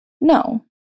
No